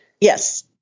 Yes